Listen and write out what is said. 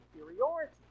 inferiority